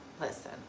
listen